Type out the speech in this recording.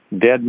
dead